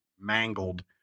mangled